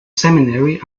seminary